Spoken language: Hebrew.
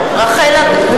אדטו,